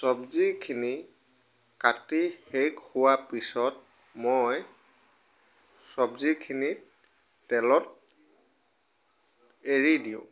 চবজিখিনি কাটি শেষ হোৱা পিছত মই চবজিখিনিক তেলত এৰি দিওঁ